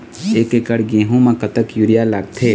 एक एकड़ गेहूं म कतक यूरिया लागथे?